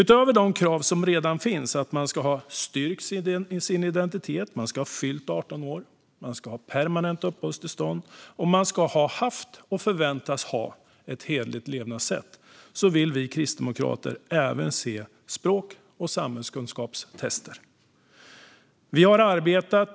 Utöver de krav som redan finns - att man kan styrka sin identitet, ska ha fyllt 18 år, ha permanent uppehållstillstånd och har och kan förväntas ha ett hederligt levnadssätt - vill vi kristdemokrater se språk och samhällskunskapstester.